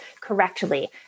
correctly